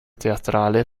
teatrale